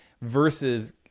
versus